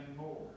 more